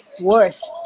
worse